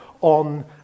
on